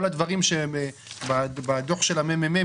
כל הדברים שהם בדוח של הממ"מ,